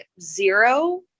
zero